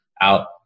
out